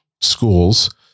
schools